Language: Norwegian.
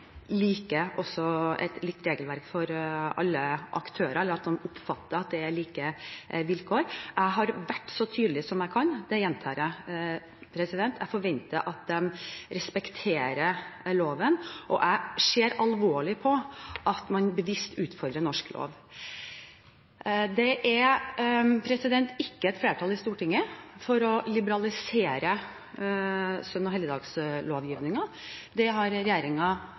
et likt regelverk for alle aktører, eller for at man skal oppfatte at det er like vilkår. Jeg har vært så tydelig som jeg kan. Det gjentar jeg. Jeg forventer at de respekterer loven, og jeg ser alvorlig på at man bevisst utfordrer norsk lov. Det er ikke et flertall i Stortinget for å liberalisere søndags- og helligdagslovgivningen. Det har